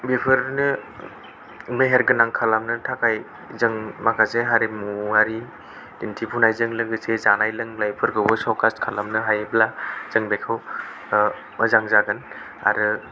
बेफोरनो मेहेर गोनां खालामनो थाखाय जों माखासे हारिमुआरि दिन्थिफुनायजों लोगोसे जानाय लोंनायफोरखौबो श'कास खालामनो हायोब्ला जों बेखौ ओ मोजां जागोन आरो